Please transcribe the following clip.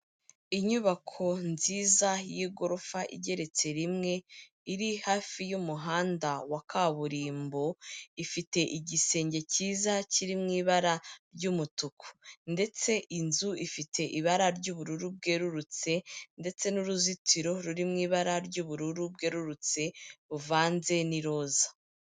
Inyubako nziza y'igorofa igeretse rimwe, iri hafi y'umuhanda wa kaburimbo, ifite igisenge cyiza kiri mu ibara ry'umutuku ndetse inzu ifite ibara ry'ubururu bwerurutse ndetse n'uruzitiro ruri mu ibara ry'ubururu bwerurutse buvanze n'iroza.